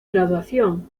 graduación